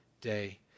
day